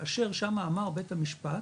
כאשר שמה אמר בית המשפט,